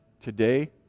today